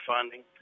funding